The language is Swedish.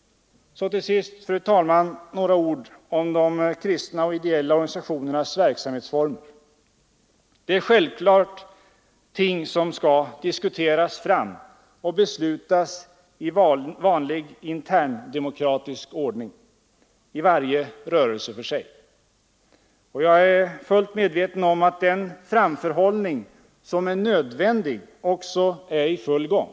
Så till sist, fru talman, några ord om de kristna och ideella organisationernas verksamhetsformer. Det är självfallet ting som skall diskuteras fram och beslutas i vanlig interndemokratisk ordning i varje rörelse för sig. Och jag är fullt medveten om att den framförhållning som är nödvändig också är i full gång.